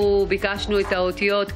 יש לנו פיילוטים,